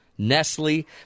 Nestle